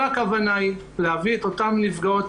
כל הכוונה היא להביא את אותן נפגעות